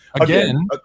again